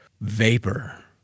Vapor